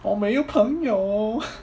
我没有朋友